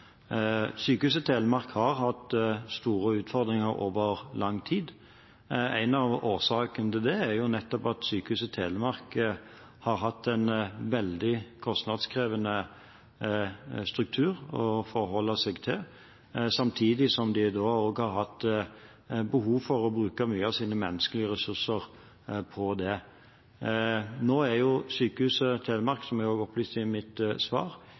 Sykehuset Telemark har hatt store utfordringer over lang tid. En av årsakene til det er nettopp at Sykehuset Telemark har hatt en veldig kostnadskrevende struktur å forholde seg til, samtidig som de også har hatt behov for å bruke mye av sine menneskelige ressurser på det. Nå er Sykehuset Telemark, som jeg også opplyste i mitt svar,